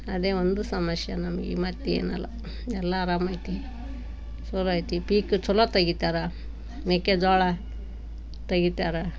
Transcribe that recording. ಅದೇ ಒಂದು ಸಮಸ್ಯೆ ನಮಗೆ ಮತ್ತೇನಲ್ಲ ಎಲ್ಲ ಆರಾಮೈತಿ ಛಲೋ ಐತಿ ಪೀಕು ಛಲೋ ತೆಗಿತಾರೆ ಮೆಕ್ಕೆಜೋಳ ತೆಗಿತಾರೆ